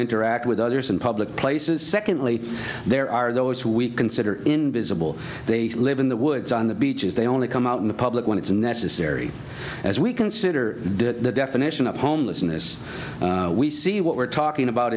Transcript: interact with others in public places secondly there are those who we consider invisible they live in the woods on the beaches they only come out in public when it's necessary as we consider the definition of homelessness we see what we're talking about